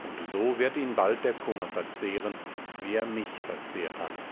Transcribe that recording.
und so wird ihn bald der kummer verzehren wie er mich verzehrt hat